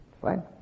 Fine